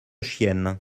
chiennes